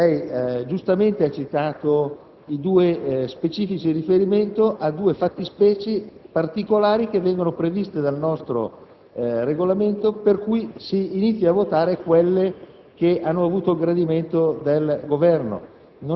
lei giustamente ha citato specifici riferimenti a due fattispecie particolari previste dal nostro Regolamento, per cui si iniziano a votare quelle che hanno avuto il gradimento del Governo.